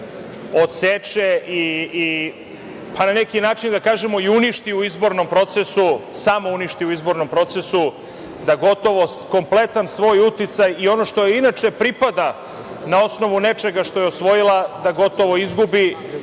odseče i na neki način uništi u izbornom procesu, samouništi u izbornom procesu, da gotovo kompletan svoj uticaj i ono što joj inače pripada na osnovu nečega što je osvojila gotovo izgubi,